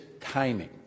timing